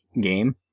game